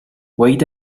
wait